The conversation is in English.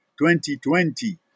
2020